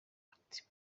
ati